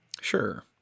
Sure